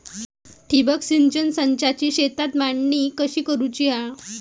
ठिबक सिंचन संचाची शेतात मांडणी कशी करुची हा?